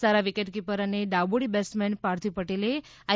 સારા wicketkeeper અને ડાબોડી batsman Parthiv પટેલે આઈ